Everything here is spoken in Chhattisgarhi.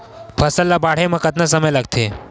फसल ला बाढ़े मा कतना समय लगथे?